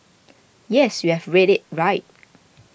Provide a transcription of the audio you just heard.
yes you have read it right